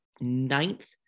ninth